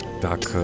tak